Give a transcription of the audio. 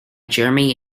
jeremy